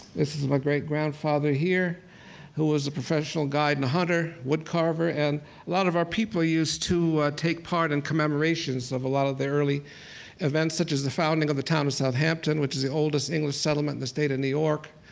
this is my great grandfather here who was a professional guide and hunter, woodcarver. and a lot of our people used to take part in and commemorations of a lot of their early events such as the founding of the town of southampton, which is the oldest english settlement in the state of new york.